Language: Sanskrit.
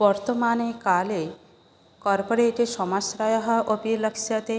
वर्तमाने काले कार्पोरेटे समस्याः अपि लक्ष्यते